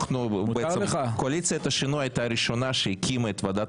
בעצם קואליציית השינוי הייתה הראשונה שהקימה את ועדת